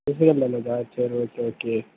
பண்ணதா சரி okay okay